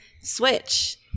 switch